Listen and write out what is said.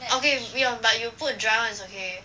okay we on but you put dry [one] it's okay